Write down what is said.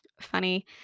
funny